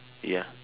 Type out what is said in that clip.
ya